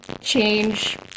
change